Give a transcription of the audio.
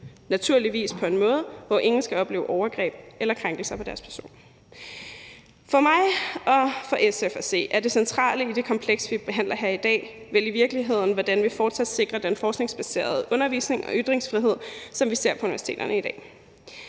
naturligvis skal ske på en måde, hvor ingen skal opleve overgreb på eller krænkelse af deres person. For mig og for SF at se er det centrale i det kompleks, vi behandler her i dag, vel i virkeligheden, hvordan vi fortsat sikrer den forskningsbaserede undervisnings- og ytringsfrihed, som vi ser på universiteterne i dag.